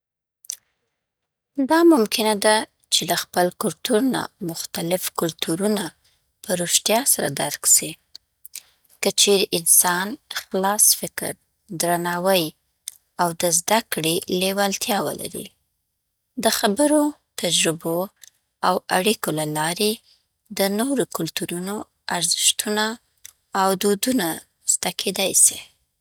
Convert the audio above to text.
دا ممکنه ده چې له خپل کلتور نه مختلف کلتورونه په رښتیا سره درک سي، که چیرې انسان خلاص فکر، درناوی، او د زده کړې لیوالتیا ولري. د خبرو، تجربو، او اړیکو له لارې د نورو کلتورونو ارزښتونه او دودونه زده کېدای سي.